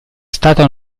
stata